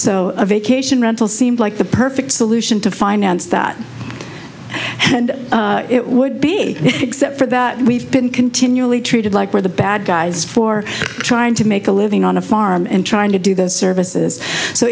a vacation right well seemed like the perfect solution to finance that and it would be except for that we've been continually treated like we're the bad guys for trying to make a living on a farm and trying to do those services so